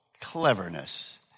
cleverness